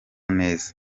neza